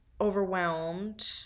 overwhelmed